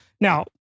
Now